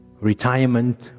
retirement